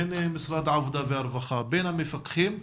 בין משרד העבודה והרווחה בין המפקחים,